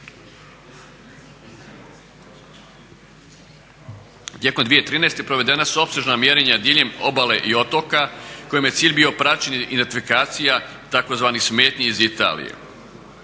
Tijekom 2013. provedena su opsežna mjerenja diljem obale i otoka kojima je cilj bio praćenje identifikacija tzv. smetnji iz Italije.